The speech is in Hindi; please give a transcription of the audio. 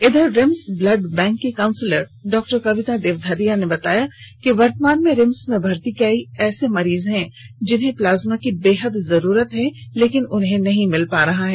इधर रिम्स ब्लड बैंक की काउंसलर डॉ कविता देवघरिया ने बताया कि वर्तमान में रिम्स में भर्ती कई ऐसे मरीज हैं जिन्हें प्लाज्मा की बेहद जरूरत है लेकिन उन्हें नहीं मिल पा रहा है